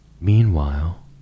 Meanwhile